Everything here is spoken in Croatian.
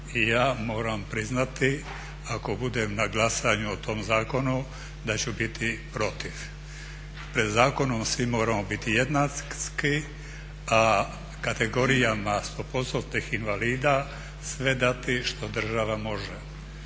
i ja moram priznati ako budem na glasanju o tom zakonu da ću biti protiv. Pred zakonom svi moramo biti jednaki, a kategorijama 100% invalida sve dati što država može.